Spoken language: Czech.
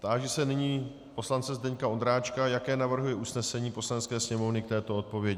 Táži se nyní poslance Zdeňka Ondráčka, jaké navrhuje usnesení Poslanecké sněmovny k této odpovědi.